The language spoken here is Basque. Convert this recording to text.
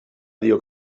dio